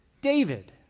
David